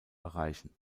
erreichen